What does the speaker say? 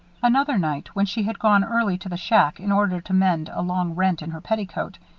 another night, when she had gone early to the shack in order to mend a long rent in her petticoat,